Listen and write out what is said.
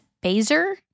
Baser